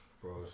bro